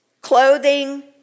clothing